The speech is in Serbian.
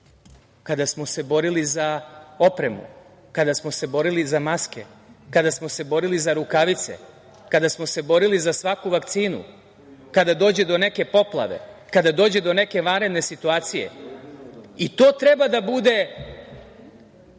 kada smo se borili za opremu, kada smo se borili za maske, kada smo se borili za rukavice, kada smo se borili za svaku vakcinu, kada dođe do neke poplave, kada dođe do neke vanredne situacije. To treba da bude